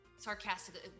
Sarcastically